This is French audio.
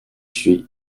suis